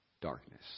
darkness